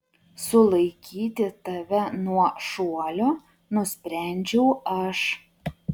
sulaikyti tave nuo šuolio nusprendžiau aš